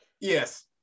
Yes